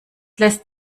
lässt